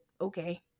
okay